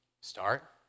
Start